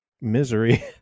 misery